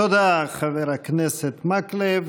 תודה, חבר הכנסת מקלב.